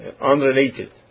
unrelated